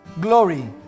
Glory